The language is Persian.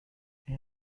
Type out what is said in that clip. این